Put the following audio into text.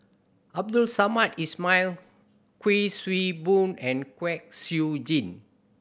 Abdul Samad Ismail Kuik Swee Boon and Kwek Siew Jin